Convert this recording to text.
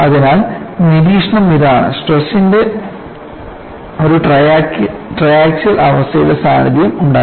അതിനാൽ നിരീക്ഷണം ഇതാണ് സ്ട്രെസ്ന്റെ ഒരു ട്രയാക്സിയൽ അവസ്ഥയുടെ സാന്നിധ്യം ഉണ്ടായിരുന്നു